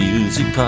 Music